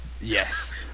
yes